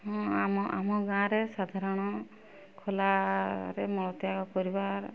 ହଁ ଆମ ଆମ ଗାଁରେ ସାଧାରଣ ଖୋଲାରେ ମଳତ୍ୟାଗ କରିବାର